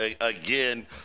again